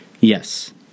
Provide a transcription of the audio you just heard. Yes